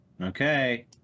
Okay